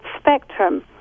spectrum